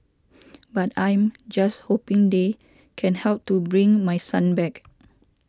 but I'm just hoping they can help to bring my son back